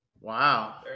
Wow